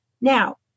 Now